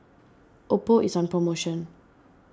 Oppo is on promotion